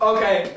Okay